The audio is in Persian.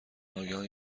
ناگهان